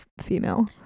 female